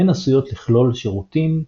הן עשויות לכלול שירותים,